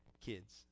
kids